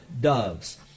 doves